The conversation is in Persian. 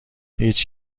هیچ